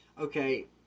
Okay